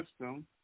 system